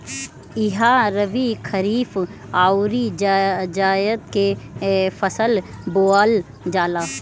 इहा रबी, खरीफ अउरी जायद के फसल बोअल जाला